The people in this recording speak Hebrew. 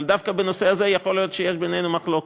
אבל דווקא בנושא הזה יכול להיות שיש בינינו מחלוקת.